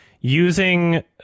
using